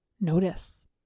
notice